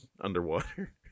underwater